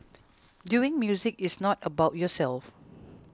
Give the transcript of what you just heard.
doing music is not about yourself